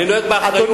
אני נוהג באחריות,